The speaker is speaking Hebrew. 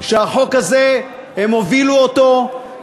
שהם הובילו את החוק הזה,